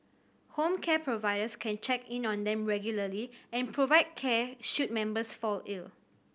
home care providers can check in on them regularly and provide care should members fall ill